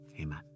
Amen